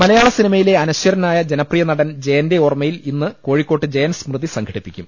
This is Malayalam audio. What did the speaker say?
മലയാള സിനിമയിലെ അനശ്വരനായ ജനപ്രിയ നടൻ ജയന്റെ ഓർമ്മയിൽ ഇന്ന് കോഴിക്കോട്ട് ജയൻ സ്മൃതി സംഘടിപ്പിക്കും